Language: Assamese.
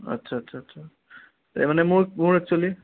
আচ্ছা আচ্ছা আচ্ছা মানে মোৰ মোৰ একচুৱেলী